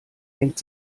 hängt